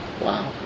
Wow